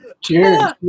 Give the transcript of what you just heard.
Cheers